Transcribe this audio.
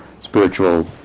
spiritual